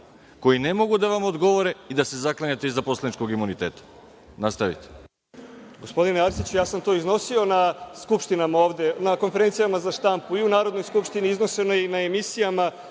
koji ne mogu da vam odgovore i da se zaklanjate iza poslaničkog imuniteta. Nastavite.